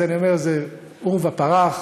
זה עורבא פרח.